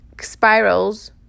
spirals